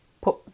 put